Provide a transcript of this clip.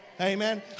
Amen